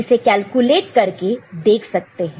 आप इसे कैलकुलेट करके देख सकते हैं